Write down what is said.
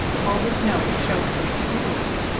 huldah's note showed her schooling.